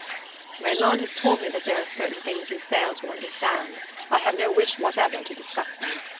raymond has told me that there are certain things you fail to understand i have no wish whatever to discuss them.